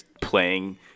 playing